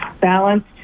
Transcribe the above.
balanced